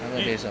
effort based ah